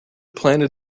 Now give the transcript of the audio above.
planted